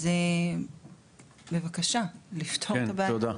אז בבקשה, לפתור את הבעיה.